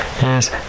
Yes